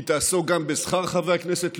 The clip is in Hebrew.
היא תעסוק גם בשכר חברי הכנסת,